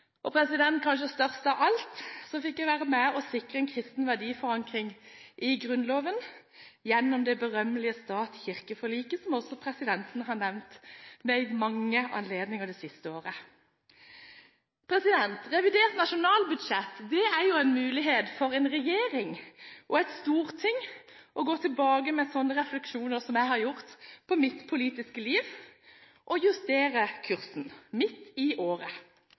kanskje det største av alt var at jeg fikk være med på å sikre en kristen verdiforankring i Grunnloven gjennom det berømmelige stat–kirke-forliket, som også presidenten har nevnt ved mange anledninger det siste året. Revidert nasjonalbudsjett er en mulighet for en regjering og et storting til å gå tilbake med slike refleksjoner som jeg har gjort på mitt politiske liv, og justere kursen midt i året.